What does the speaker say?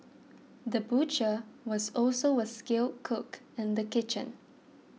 the butcher was also a skilled cook in the kitchen